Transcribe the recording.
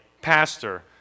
pastor